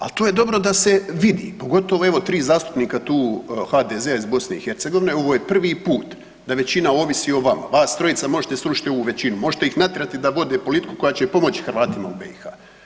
Al to je dobro da se vidi, pogotovo evo 3 zastupnika tu HDZ-a iz BiH, ovo je prvi put da većina ovisi o vama, vas 3-ojica možete srušit ovu većinu, možete ih natjerati da vode politiku koja će pomoći Hrvatima u BiH.